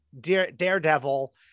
Daredevil